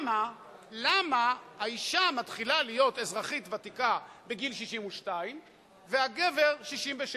למה האשה מתחילה להיות אזרחית ותיקה בגיל 62 והגבר בגיל 67?